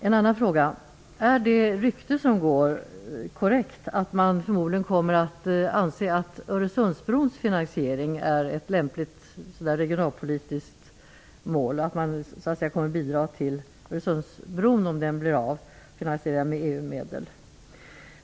En annan fråga är: Är det korrekt, som det nu ryktas om, att man förmodligen kommer att anse att Öresundsbrons finansiering är ett lämpligt regionalpolitiskt mål, dvs. att man kommer att bidra med EU medel till Öresundsbron, om den nu blir av?